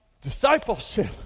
discipleship